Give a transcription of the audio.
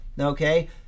okay